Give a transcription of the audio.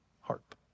Harp